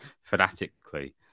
fanatically